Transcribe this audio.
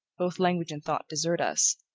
both language and thought desert us,